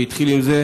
שהתחיל עם זה,